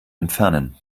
entfernen